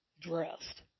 dressed